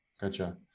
gotcha